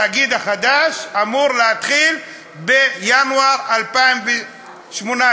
התאגיד החדש אמור להתחיל בינואר 2018,